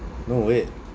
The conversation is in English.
no wait